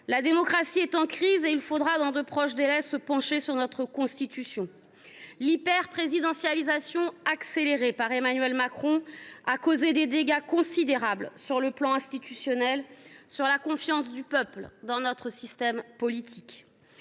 La démocratie est en crise et il faudra se pencher, dans de proches délais, sur notre Constitution. Le mouvement d’hyperprésidentialisation, accéléré par Emmanuel Macron, a causé des dégâts considérables sur le plan institutionnel et sur la confiance du peuple dans notre système politique.